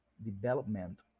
development